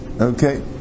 Okay